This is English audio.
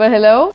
Hello